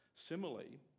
Similarly